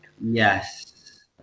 yes